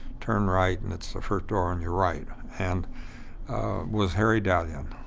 turn right and it's first door on your right and was harry daghlian.